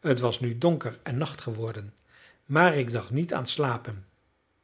het was nu donker en nacht geworden maar ik dacht niet aan slapen